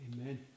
Amen